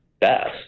best